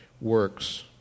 works